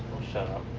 i'll shut up.